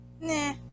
Nah